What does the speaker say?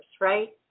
right